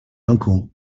uncle